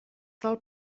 del